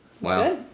Wow